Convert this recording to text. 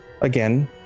again